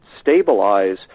stabilize